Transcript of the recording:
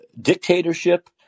dictatorship